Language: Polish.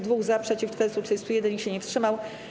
2 - za, przeciw - 431, nikt się nie wstrzymał.